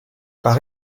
par